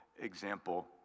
example